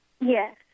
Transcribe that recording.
Yes